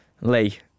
Lee